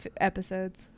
episodes